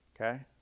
Okay